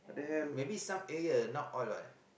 maybe some area not all what